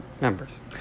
members